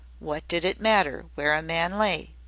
what did it matter where a man lay,